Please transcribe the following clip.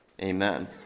Amen